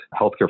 healthcare